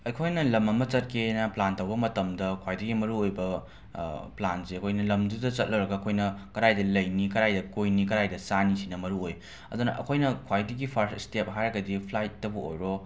ꯑꯩꯈꯣꯏꯅ ꯂꯝ ꯑꯃ ꯆꯠꯀꯦꯅ ꯄ꯭ꯂꯥꯟ ꯇꯧꯕ ꯃꯇꯝꯗ ꯈ꯭ꯋꯥꯏꯗꯒꯤ ꯃꯔꯨꯑꯣꯏꯕ ꯄ꯭ꯂꯥꯟꯁꯦ ꯑꯩꯈꯣꯏꯅ ꯂꯝꯗꯨꯗ ꯆꯠꯂꯨꯔꯒ ꯑꯩꯈꯣꯏꯅ ꯀꯗꯥꯏꯗ ꯂꯩꯅꯤ ꯀꯗꯥꯏꯗ ꯀꯣꯏꯅꯤ ꯀꯗꯥꯏꯗ ꯆꯥꯅꯤ ꯁꯤꯅ ꯃꯔꯨꯑꯣꯏ ꯑꯗꯨꯅ ꯑꯩꯈꯣꯏꯅ ꯈ꯭ꯋꯥꯏꯗꯒꯤ ꯐꯥꯔꯁ ꯁ꯭ꯇꯦꯞ ꯍꯥꯏꯔꯒꯗꯤ ꯐ꯭ꯂꯥꯏꯠꯇꯕꯨ ꯑꯣꯏꯔꯣ